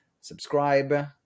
subscribe